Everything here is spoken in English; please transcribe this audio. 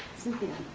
cynthia.